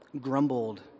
grumbled